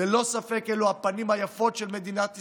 ללא ספק אלו הפנים היפות של מדינת ישראל,